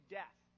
death